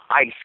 Ice